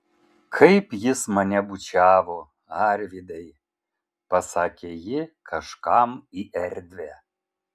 kaip jis mane bučiavo arvydai pasakė ji kažkam į erdvę